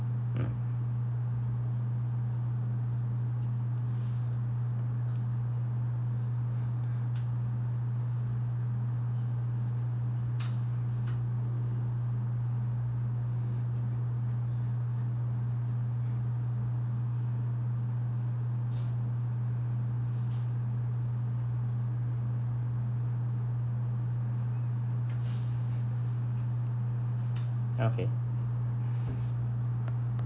mm okay